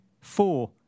four